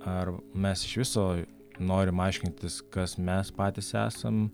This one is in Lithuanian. ar mes iš viso norim aiškintis kas mes patys esam